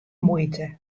muoite